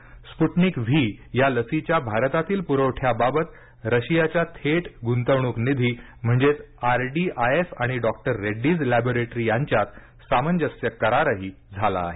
Sputnik V या लसीच्या भारतातील पुरवठ्याबाबत रशियाच्या थेट गुंतवणूक निधी म्हणजेच आरडी आयएफ आणि डॉक्टर रेड्डीज लॅबोरेटरी यांच्यात सामंजस्य करारही झाला आहे